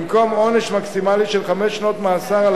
במקום עונש מקסימלי של חמש שנות מאסר על